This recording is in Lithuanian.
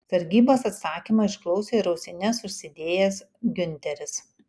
sargybos atsakymą išklausė ir ausines užsidėjęs giunteris